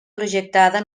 projectada